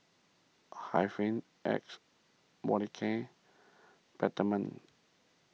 Hygin X Molicare Peptamen